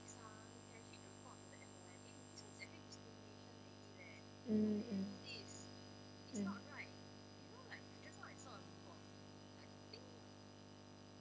mm mm mm